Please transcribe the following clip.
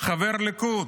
חבר ליכוד,